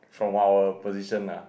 from our position ah